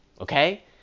okay